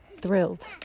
thrilled